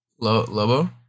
Lobo